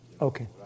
Okay